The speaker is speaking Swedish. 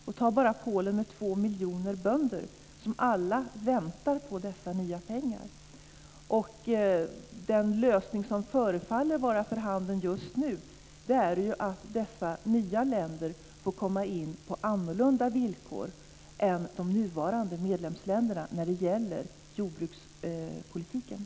I Polen finns två miljoner bönder som alla väntar på dessa nya pengar. Den lösning när det gäller jordbrukspolitiken som förefaller vara för handen just nu är att dessa nya länder får komma in på annorlunda villkor än de nuvarande medlemsländerna.